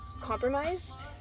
compromised